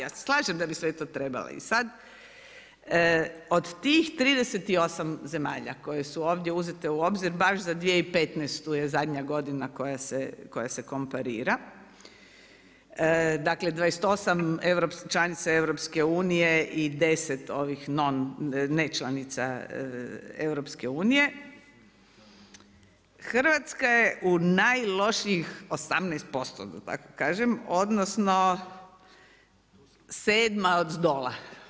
Ja se slažem da bi sve to trebali i sad, od tih 38 zemalja koje su ovdje uzete u obzir, baš za 2015. je zadnja godina koja se komparira, dakle, 28 članica EU, i 10 ovih non, nečlanica EU, Hrvatska je u najlošijih 18% da tako kažem, odnosno 7 od zdola.